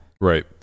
Right